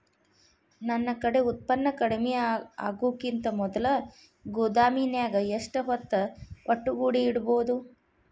ನನ್ ಕಡೆ ಉತ್ಪನ್ನ ಕಡಿಮಿ ಆಗುಕಿಂತ ಮೊದಲ ಗೋದಾಮಿನ್ಯಾಗ ಎಷ್ಟ ಹೊತ್ತ ಒಟ್ಟುಗೂಡಿ ಇಡ್ಬೋದು?